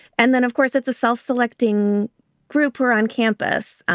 and then, of course, it's a self-selecting group here on campus.